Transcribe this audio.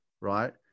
Right